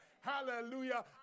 Hallelujah